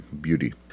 beauty